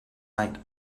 night